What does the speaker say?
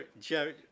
Jerry